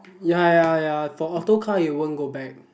ya ya ya for auto car it won't go back